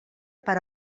per